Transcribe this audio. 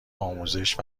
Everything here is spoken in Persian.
آموزش